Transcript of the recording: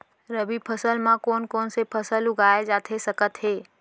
रबि फसल म कोन कोन से फसल उगाए जाथे सकत हे?